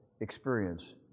experience